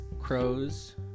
crows